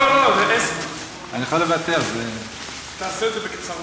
אני רוצה לשתף את הציבור